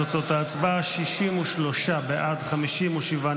תתביישו לכם.